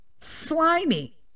slimy